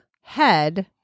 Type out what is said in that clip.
head